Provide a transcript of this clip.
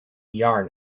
yarn